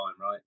right